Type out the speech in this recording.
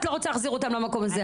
את לא רוצה להחזיר אותם למקום הזה.